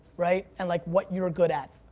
right? and like what you're good at.